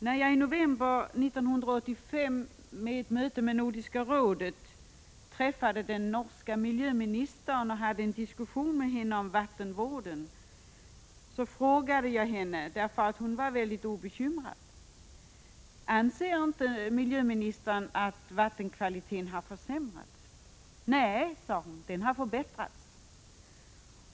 När jag i november 1985 vid ett möte med Nordiska rådet träffade den norska miljöministern och hade en diskussion med henne om vattenvård frågade jag henne, eftersom hon var mycket obekymrad: Anser inte miljöministern att vattenkvaliteten har försämrats? Nej, sade hon, den har förbättrats.